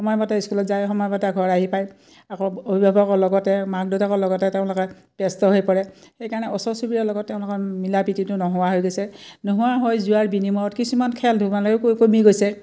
সময়মতে স্কুলত যায় সময়মতে ঘৰ আহি পায় আকৌ অভিভাৱকৰ লগতে মাক দেউতাকৰ লগতে তেওঁলোকে ব্যস্ত হৈ পৰে সেইকাৰণে ওচৰ চুবুৰীয়াৰ লগত তেওঁলোকৰ মিলা প্ৰীতিটো নোহোৱা হৈ গৈছে নোহোৱা হৈ যোৱাৰ বিনিময়ত কিছুমান খেল ধেমালিও ক কমি গৈছে